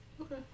Okay